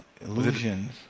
illusions